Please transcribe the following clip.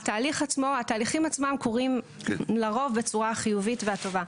התהליכים עצמם קורים לרוב בצורה חיובית והטובה,